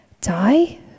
Die